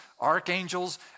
archangels